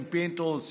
עם פינדרוס,